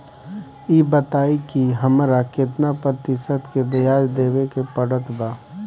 ई बताई की हमरा केतना प्रतिशत के ब्याज देवे के पड़त बा?